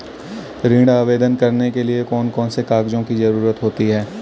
ऋण आवेदन करने के लिए कौन कौन से कागजों की जरूरत होती है?